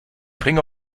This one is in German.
bringe